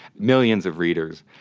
millions of readers.